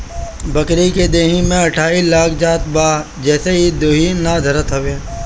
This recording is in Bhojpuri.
बकरी के देहि में अठइ लाग जात बा जेसे इ देहि ना धरत हवे